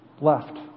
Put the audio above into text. left